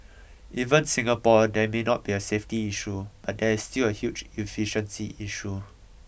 even Singapore there may not be a safety issue but there is still a huge efficiency issue